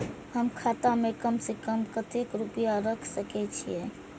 हम खाता में कम से कम कतेक रुपया रख सके छिए?